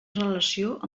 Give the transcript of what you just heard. relació